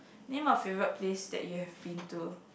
name a favourite place that you've have been to